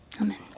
Amen